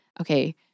okay